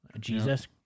Jesus